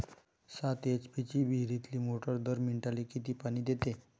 सात एच.पी ची विहिरीतली मोटार दर मिनटाले किती पानी देते?